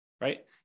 right